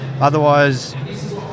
Otherwise